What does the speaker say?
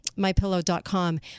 mypillow.com